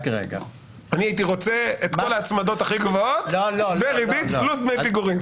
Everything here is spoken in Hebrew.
אני הייתי רוצה את כל ההצמדות הכי גבוהות וריבית פלוס דמי פיגורים...